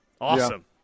Awesome